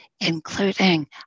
Including